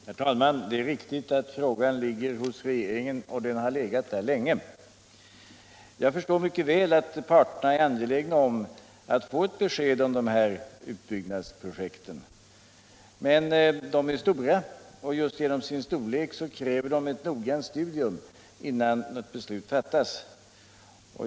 Herr talman! Det är riktigt att ärendet ligger hos regeringen, och det har legat där länge. Jag förstår mycket väl att parterna är angelägna om att få ett besked om de här utbyggnadsprojekten. Men de är stora, och just på grund av sin storlek kräver de ett noggrant studium innan något beslut fattas.